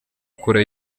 kure